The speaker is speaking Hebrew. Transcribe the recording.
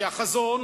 שהחזון,